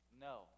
No